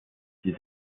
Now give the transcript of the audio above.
dies